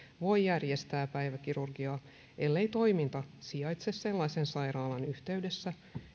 voi järjestää päiväkirurgiaa ellei toiminta sijaitse sellaisen sairaalan yhteydessä